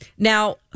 Now